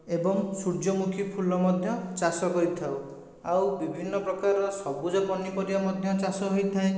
ଏବଂ ସୂର୍ଯ୍ୟମୁଖୀ ଫୁଲ ମଧ୍ୟ ଚାଷ କରିଥାଉ ଆଉ ବିଭିନ୍ନ ପ୍ରକାରର ସବୁଜ ପନିପରିବା ମଧ୍ୟ ଚାଷ ହୋଇଥାଏ